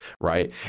right